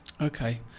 Okay